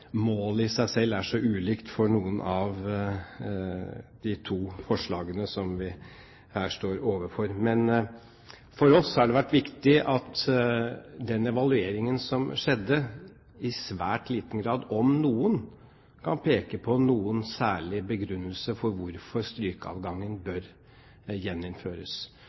målet i seg selv er så ulikt for noen av de to forslagene vi her står overfor. For oss har det vært viktig at den evalueringen som ble foretatt, i svært liten grad, om noen, kan peke på noen særlig begrunnelse for hvorfor strykeadgangen bør gjeninnføres.